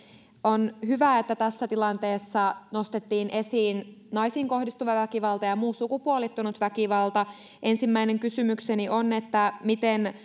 on hyvä että tässä tilanteessa nostettiin esiin naisiin kohdistuva väkivalta ja muu sukupuolittunut väkivalta ensimmäinen kysymykseni on miten